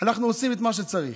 אנחנו עושים את מה שצריך,